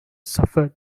suffered